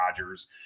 Rodgers